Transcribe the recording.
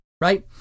right